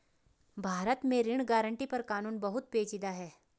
भारत में ऋण गारंटी पर कानून बहुत पेचीदा है